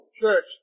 church